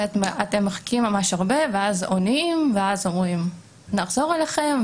מחכים ממש הרבה ואז עונים ואז אומרים: נחזור אליכם,